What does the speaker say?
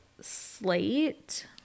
slate